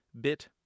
Bit